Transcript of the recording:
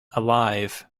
alive